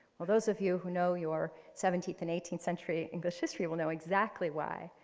well, those of you who know your seventeenth and eighteenth century english history will know exactly why.